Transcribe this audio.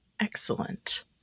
Excellent